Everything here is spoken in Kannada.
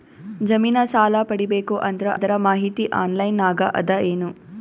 ಜಮಿನ ಸಾಲಾ ಪಡಿಬೇಕು ಅಂದ್ರ ಅದರ ಮಾಹಿತಿ ಆನ್ಲೈನ್ ನಾಗ ಅದ ಏನು?